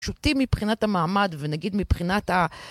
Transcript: פשוטים מבחינת המעמד ונגיד מבחינת ה...